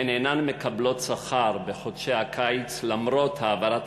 הן אינן מקבלות שכר בחודשי הקיץ למרות העברת